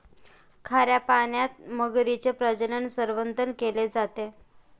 खाऱ्या पाण्यात मगरीचे प्रजनन, संवर्धन केले जाते